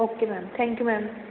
okay ma'am thank you ma'am